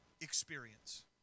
experience